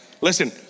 Listen